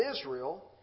Israel